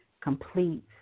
complete